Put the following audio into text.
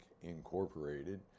Incorporated